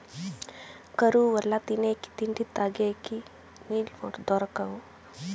కరువు వల్ల తినేకి తిండి, తగేకి నీళ్ళు దొరకవు